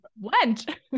went